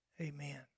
Amen